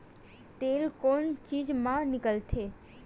तेल कोन बीज मा निकलथे?